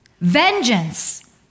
Vengeance